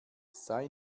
sei